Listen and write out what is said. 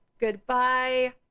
Goodbye